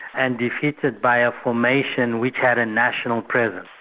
and defeated by a formation which had a national presence.